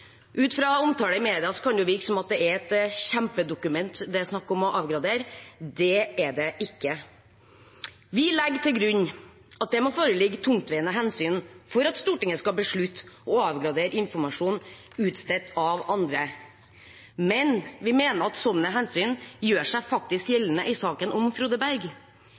Ut fra omtale i media kan det virke som det er et kjempedokument det er snakk om å avgradere. Det er det ikke. Vi legger til grunn at det må foreligge tungtveiende hensyn for at Stortinget skal beslutte å avgradere informasjon utstedt av andre, men vi mener at sånne hensyn faktisk gjør seg gjeldende i saken om Frode Berg.